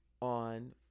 on